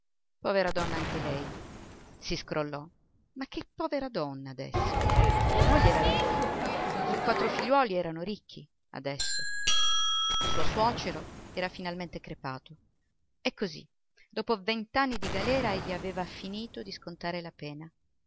povera donna anche lei si scrollò ma che povera donna adesso sua moglie era ricca i suoi quattro figliuoli erano ricchi adesso suo suocero era finalmente crepato e così dopo vent'anni di galera egli aveva finito di scontare la pena